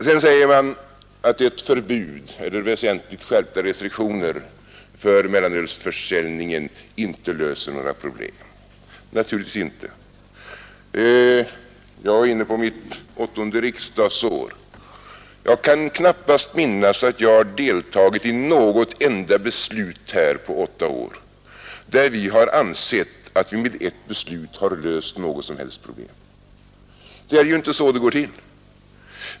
Man säger också att ett förbud eller väsentligt skärpta restriktioner för mellanölsförsäljningen inte löser några problem. Naturligtvis inte! Jag är inne på mitt åttonde riksdagsår. Jag kan knappast minnas att jag deltagit i något enda beslut här på åtta år där vi har ansett att vi med ett beslut löst något problem. Det är ju inte så det går till.